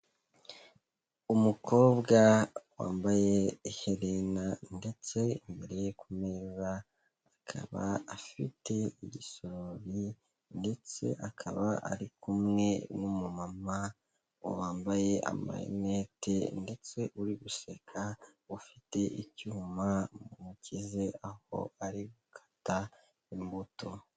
Umukobwa wambaye iherena ndetse imbere ye ku meza akaba afite igisorori ndetse akaba ari kumwe n'umumama wambaye amarinete ndetse uri guseka, ufite icyuma mu ntoki ze aho ari gukata imbuto.